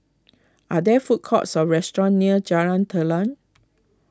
are there food courts or restaurants near Jalan Telang